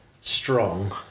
strong